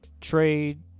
trade